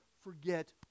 forget